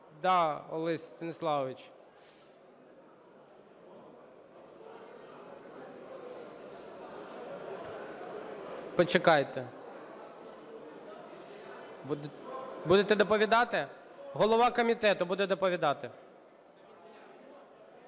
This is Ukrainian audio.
Да, Олесь Станіславович. Почекайте. Будете доповідати? Голова комітету буде доповідати.